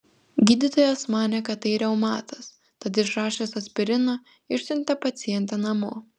gydytojas manė kad tai reumatas tad išrašęs aspirino išsiuntė pacientę namo